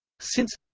since